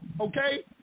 Okay